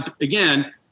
again